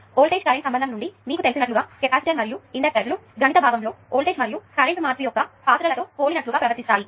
voltage current సంబంధం నుండి మీకు తెలిసినట్లుగా కెపాసిటర్లు మరియు ఇండెక్టర్స్ గణిత భావము లో వోల్టేజ్ మరియు కరెంటు మార్పు యొక్క పాత్రలతో పోలినట్లుగా ప్రవర్తిస్తాయి